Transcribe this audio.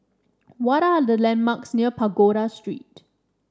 what are the landmarks near Pagoda Street